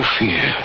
fear